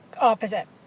opposite